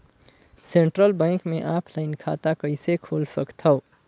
Central bank मे offline खाता कइसे खोल सकथव?